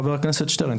חבר הכנסת שטרן.